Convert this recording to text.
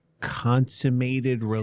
consummated